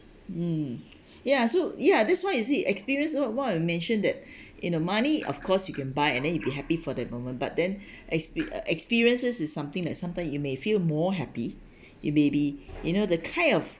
mm ya so ya that's why is it experience what what I mentioned that you know money of course you can buy and then you be happy for the moment but then exp~ experiences is something like sometimes you may feel more happy you maybe you know the kind of